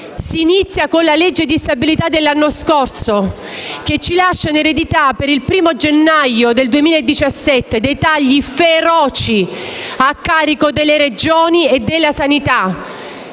Si inizia con la legge di stabilità dell'anno scorso che ci lascia in eredità, per il 1° gennaio del 2017, tagli feroci a carico delle Regioni e della sanità: